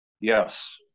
Yes